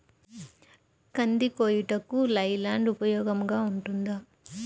కంది కోయుటకు లై ల్యాండ్ ఉపయోగముగా ఉంటుందా?